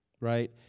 Right